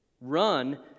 Run